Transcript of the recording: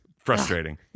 frustrating